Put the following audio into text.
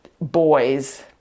boys